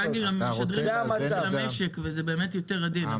הבנקים גם משדרגים יציבות למשק וזה באמת יותר עדין,